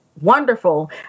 wonderful